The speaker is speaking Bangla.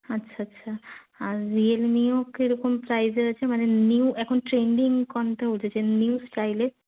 আচ্ছা আচ্ছা আর রিয়েলমিও কী রকম প্রাইসের আছে মানে নিউ এখন ট্রেন্ডিং কোনটা উঠেছে নিউ স্টাইলে